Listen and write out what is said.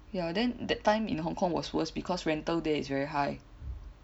ya then that time in Hong kong was worse because rental there is very high